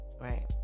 right